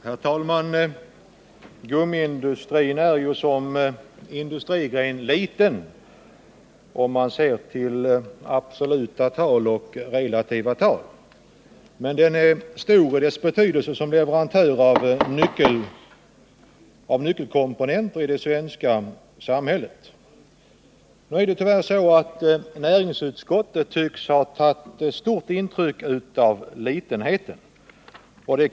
Herr talman! Som industrigren är gummiindustrin liten sett i absoluta och relativa tal. Men som leverantör av nyckelkomponenter i det svenska samhället är den stor. Tyvärr tycks näringsutskottet ha tagit starkt intryck av litenheten.